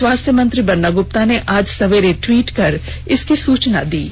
स्वास्थ्य मंत्री बन्ना गुप्ता ने आज सवेरे ट्वीट कर इसकी सूचना दी है